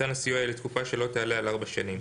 מתן הסיוע יהיה לתקופה שלא תעלה על 4 שנים.